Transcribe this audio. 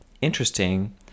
interesting